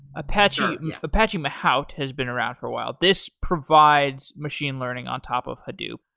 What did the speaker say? apache apache mahout has been around for a while. this provides machine learning on top of hadoop.